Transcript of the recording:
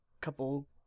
couple